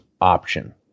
option